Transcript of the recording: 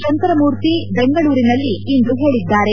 ಶಂಕರ ಮೂರ್ತಿ ಬೆಂಗಳೂರಿನಲ್ಲಿಂದು ಹೇಳದ್ದಾರೆ